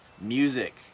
Music